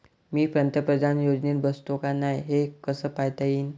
मी पंतप्रधान योजनेत बसतो का नाय, हे कस पायता येईन?